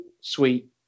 sweet